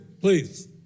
Please